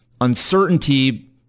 uncertainty